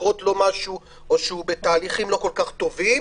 לקרות לו משהו או שהוא בתהליכים לא כל כך טובים,